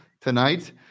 tonight